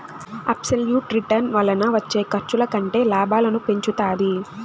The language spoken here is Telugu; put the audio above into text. అబ్సెల్యుట్ రిటర్న్ వలన వచ్చే ఖర్చుల కంటే లాభాలను పెంచుతాది